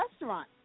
restaurant